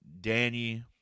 danny